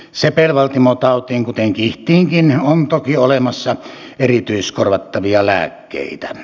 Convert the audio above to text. sepelvaltimotautiin kuten kihtiinkin on toki olemassa erityiskorvattavia lääkkeitä